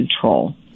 control